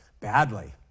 Badly